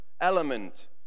element